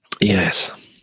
Yes